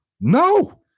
No